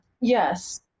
yes